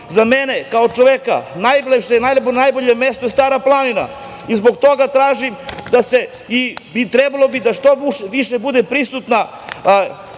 za mene kao čoveka najbolje mesto je Stara planina, i zbog toga tražim i trebalo bi da što više bude prisutna